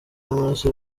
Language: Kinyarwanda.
y’amaraso